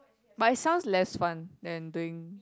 but itself less fun than doing